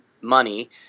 money